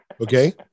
Okay